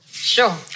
Sure